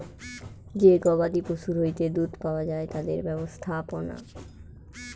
যে গবাদি পশুর হইতে দুধ পাওয়া যায় তাদের ব্যবস্থাপনা